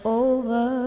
over